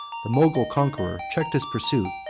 the mogul conqueror checked his pursuit,